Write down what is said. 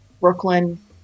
Brooklyn